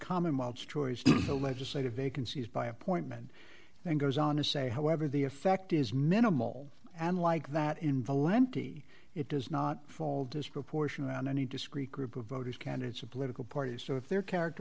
commonwealth choice the legislative vacancies by appointment and goes on to say however the effect is minimal and like that in valenti it does not fall disproportionate on any discrete group of voters candidates of political parties so if they're character